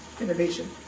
innovation